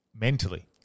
mentally